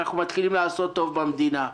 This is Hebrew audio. אנחנו מתחילים לעשות טוב במדינה.